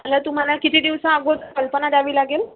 मला तुम्हाला किती दिवसा अगोदर कल्पना द्यावी लागेल